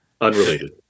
Unrelated